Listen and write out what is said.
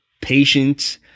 patience